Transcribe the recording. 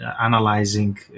analyzing